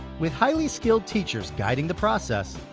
with highly skilled teachers guiding the process,